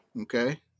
Okay